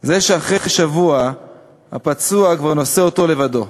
זה שאחרי שבוע הפצוע כבר נושא אותו לבדו.